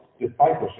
Discipleship